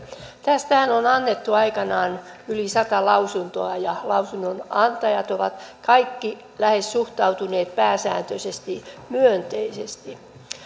tästähän on annettu aikanaan yli sata lausuntoa ja lausunnonantajat ovat lähes kaikki suhtautuneet pääsääntöisesti myönteisesti